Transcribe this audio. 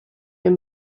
your